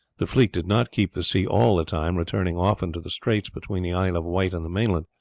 the fleet did not keep the sea all the time, returning often to the straits between the isle of wight and the mainland,